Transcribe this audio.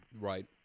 Right